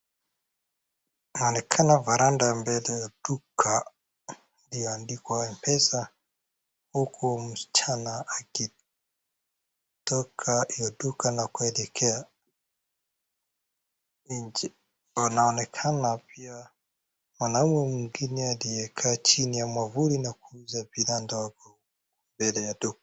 Inaonekana veranda mbele ya duka iandikwa M-Pesa. Huku msichana akitoka ya duka na kuelekea nje. Anaonekana pia mwanamume mwingine aliyekaa chini ya mwavuli na kuuza bidhaa ndogo mbele ya duka.